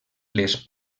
les